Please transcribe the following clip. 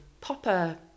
popper